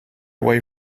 away